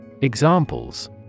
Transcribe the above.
Examples